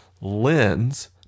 lens